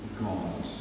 God